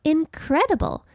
Incredible